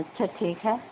اچھا ٹھیک ہے